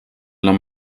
nom